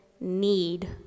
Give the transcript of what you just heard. need